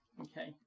Okay